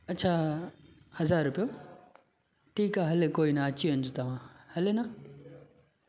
अछा हज़ारु रुपयो ठीकु आहे हले कोई न अची वञिजो तव्हां हले न